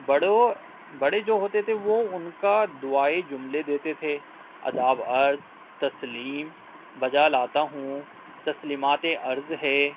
بڑوں بڑے جو ہوتے تھے وہ ان کا دعائی جملے دیتے تھے آداب عرض تسلیم بجا لاتا ہوں تسلیمات عرض ہے